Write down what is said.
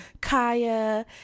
Kaya